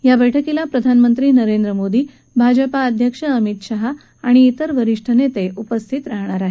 या बैठकीला प्रधानमंत्री नरेंद्र मोदी भाजपा अध्यक्ष अमित शाह आणि ज्येष्ठ नेते उपस्थित राहाणार आहेत